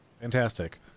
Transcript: Fantastic